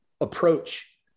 approach